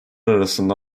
arasında